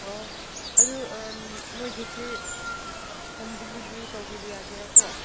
ꯑꯣ ꯑꯗꯨ ꯅꯣꯏꯒꯤꯁꯤ ꯍꯣꯝ ꯗꯦꯂꯤꯕ꯭ꯔꯤ ꯇꯧꯕꯤꯕ ꯌꯥꯒꯦꯔꯥꯀꯣ